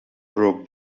broke